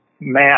map